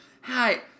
Hi